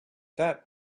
that